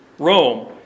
Rome